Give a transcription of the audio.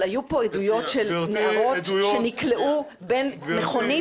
אבל היו פה עדויות של נערות שנקלעו בין מכונית